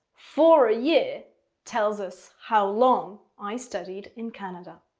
for a year tells us how long i studied in canada.